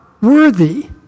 worthy